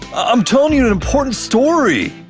i'm telling you an important story!